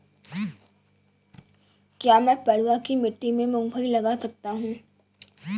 क्या मैं पडुआ की मिट्टी में मूँगफली लगा सकता हूँ?